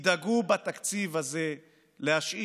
הכי קרוב שגנץ יוכל להגיע לבית ברחוב בלפור זה אם הוא יצטרף להפגנות.